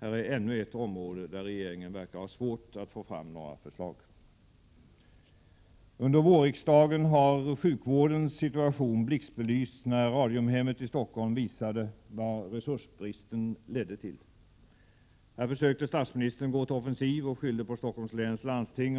Detta är ännu ett område där regeringen verkar ha svårt att få fram några förslag. Under vårriksdagen har sjukvårdens situation blixtbelysts när Radiumhemmet i Stockholm visade vad resursbristen ledde till. Här försökte statsministern gå till offensiv och skyllde på Stockholms läns landsting.